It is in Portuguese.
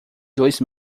dois